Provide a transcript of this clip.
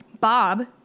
Bob